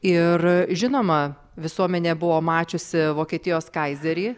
ir žinoma visuomenė buvo mačiusi vokietijos kaizerį